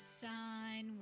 sun